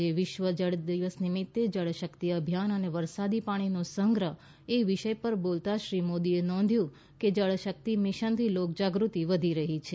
આજે વિશ્વ જળ દિવસ નિમિત્તે જળ શક્તિ અભિયાન અને વરસાદી પાણીનો સંગ્રહ એ વિષય પર બોલતાં શ્રી મોદીએ નોંધ્યું કે જળ શક્તિ મિશનથી લોકજાગૃતિ વધી રહી છે